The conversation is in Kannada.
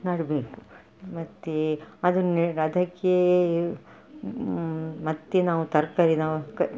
ನೆಡಬೇಕು ಮತ್ತು ಅದು ನೆ ಅದಕ್ಕೆ ಮತ್ತೆ ನಾವು ತರಕಾರಿನ ಕ